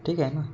ठीक आहे ना